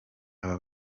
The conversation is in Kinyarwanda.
aba